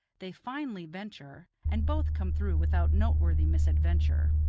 they finally venture, and both come through without noteworthy misadventure.